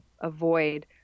avoid